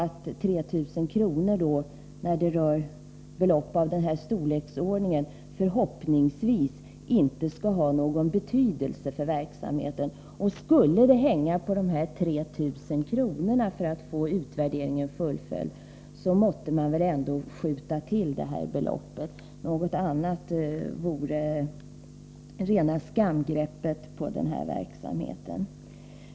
3 000 kr., när det rör sig om belopp av den här storleksordningen, skall förhoppningsvis inte ha någon betydelse för verksamheten. Men skulle det hänga på dessa 3 000 kr. för att utvärderingen fullföljs, då måste man väl ändå skjuta till det här beloppet. Något annat vore rena skamgreppet på verksamheten.